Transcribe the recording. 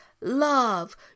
love